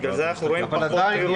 בגלל זה אנחנו רואים פחות אירועים.